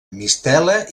mistela